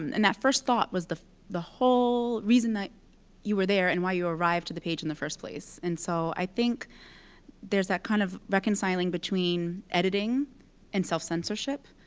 and and that first thought was the the whole reason that you were there and why you arrived to the page in the first place. and so i think there's that kind of reconciling between editing and self-censorship,